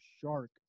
shark